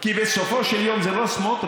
כי בסופו של יום זה לא סמוטריץ,